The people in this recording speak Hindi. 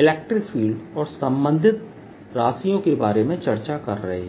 इलेक्ट्रिक फील्ड और संबंधित राशियों के बारे में चर्चा कर रहे हैं